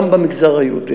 גם במגזר היהודי.